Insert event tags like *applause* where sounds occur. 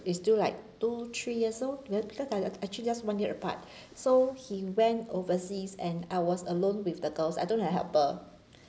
is still like two three years old because they are actually just one year apart *breath* so he went overseas and I was alone with the girls I don't have helper